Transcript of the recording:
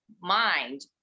mind